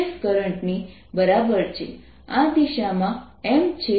આ બેન્ડ પરનો net charge q2πR2sinθdθ છે